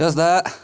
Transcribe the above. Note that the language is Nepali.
यस् दा